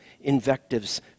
invectives